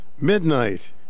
Midnight